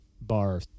bar